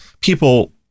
people